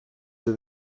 vais